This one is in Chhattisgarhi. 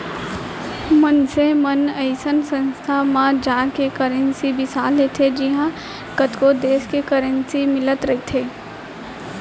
मनसे मन अइसन संस्था म जाके करेंसी बिसा लेथे जिहॉं कतको देस के करेंसी मिलत रहिथे